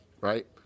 right